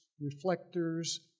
reflectors